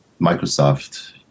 Microsoft